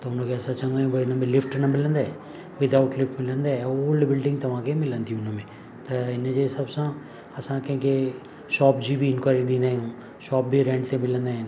त हुन खे असां चवंदा आहियूं भाई हिन में लिफ्ट न मिलंदे विदाउट लिफ्ट मिलंदे ओल्ड बिल्डिंग तव्हांखे मिलंदी हुनमें त हिनजे हिसाबु सां असां कंहिंखे शॉप जी बि इंक्वायरी ॾींदा आहियूं शॉप बि रेंट ते मिलंदा आहिनि